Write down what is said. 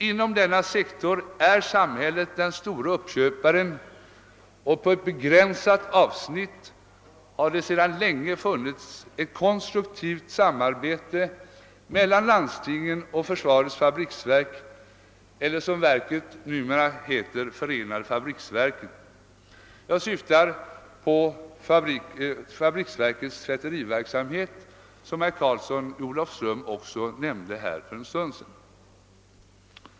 Inom denna sektor är samhället den stora uppköparen, och på ett begränsat avsnitt har det sedan länge funnits ett konstruktivt samarbete mellan landstingen och försvarets fabriksverk, eller som verket numera heter, förenade fabriksverken. Jag syftar på fabriksverkens tvätteriverksamhet som även herr Karlsson i Olofström nämnde för en stund sedan.